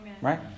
right